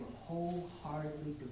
wholeheartedly